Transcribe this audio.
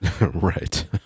right